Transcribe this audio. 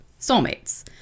soulmates